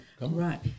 Right